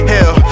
Hell